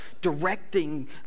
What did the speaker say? directing